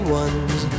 ones